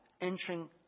entering